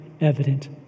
evident